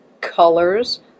colors